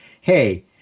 hey